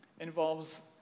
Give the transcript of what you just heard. involves